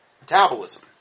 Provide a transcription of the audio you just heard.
metabolism